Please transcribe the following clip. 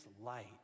light